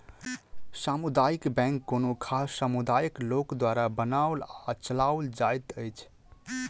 सामुदायिक बैंक कोनो खास समुदायक लोक द्वारा बनाओल आ चलाओल जाइत अछि